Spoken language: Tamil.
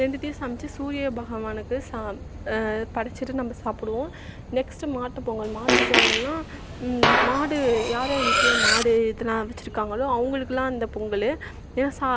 ரெண்டத்தையும் சமைத்து சூரிய பகவானுக்குச் சாப் படைச்சிட்டு நம்ம சாப்பிடுவோம் நெக்ஸ்ட் மாட்டுப்பொங்கல் மாட்டுப்பொங்கல்னால் மாடு யார் யார் வீட்டில் மாடு இதலாம் வச்சுருக்காங்களோ அவங்களுக்குலாம் அந்த பொங்கல் விவசா